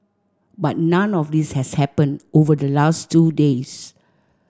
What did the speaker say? but none of this has happened over the last two days